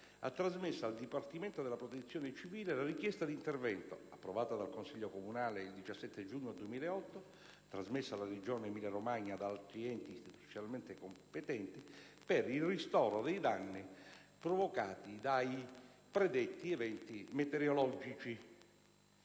ha trasmesso al Dipartimento della protezione civile la richiesta d'intervento, approvata dal Consiglio comunale il 17 giugno 2008, trasmessa alla Regione Emilia Romagna ed agli altri enti istituzionalmente competenti, per il ristoro dei danni provocati dai predetti eventi meteorologici.